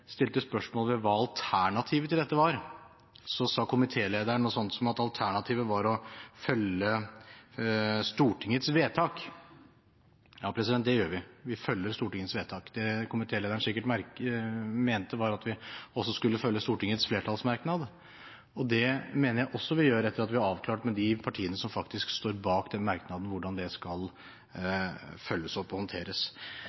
stilte spørsmål ved hva alternativet til dette var, sa komitélederen noe sånt som at alternativet var å følge Stortingets vedtak. Ja, det gjør vi. Vi følger Stortingets vedtak. Det komitélederen sikkert mente, var at vi også skulle følge Stortingets flertallsmerknad, og det mener jeg også vi gjør etter at vi har avklart med de partiene som faktisk står bak den merknaden, hvordan den skal følges opp og håndteres.